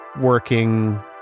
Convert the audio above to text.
working